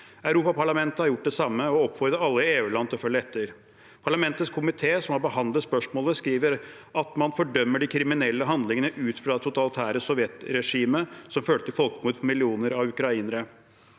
Europaparlamentet har gjort det samme og oppfordrer alle EU-land til å følge etter. Parlamentets komité som har behandlet spørsmålet, skriver at man fordømmer de kriminelle handlingene til det totalitære Sovjet-regimet, som førte til folkemord på millioner av ukrainere.